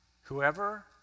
Whoever